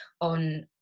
on